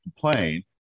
complain